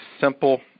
simple